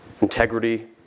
Integrity